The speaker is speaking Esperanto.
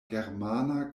germana